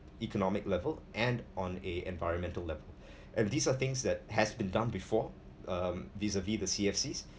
economic level and on a environmental level and these are things that has been done before um vis a vis the C_F_Cs